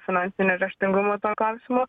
finansino raštingumo tuo klausimu